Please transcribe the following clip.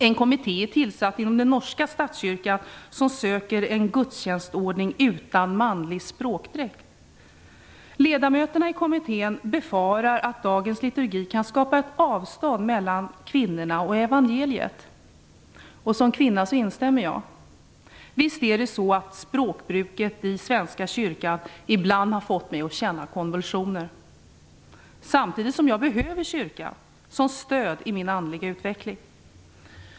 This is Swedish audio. Inom den norska statskyrkan har man tillsatt en kommitté som söker en gudstjänstordning utan manlig språkdräkt. Ledamöterna i kommittén befarar att dagens liturgi kan skapa ett avstånd mellan kvinnorna och Evangeliet. Som kvinna instämmer jag. Visst har språkbruket inom Svenska kyrkan ibland fått mig att känna konvulsioner. Samtidigt behöver jag kyrkan som stöd i min andliga utveckling.